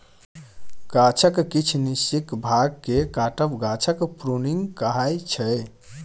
गाछक किछ निश्चित भाग केँ काटब गाछक प्रुनिंग कहाइ छै